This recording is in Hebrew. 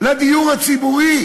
בדיור הציבורי.